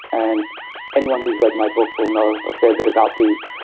and anyone who's read my book will know a fair bit about these.